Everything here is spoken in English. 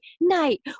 night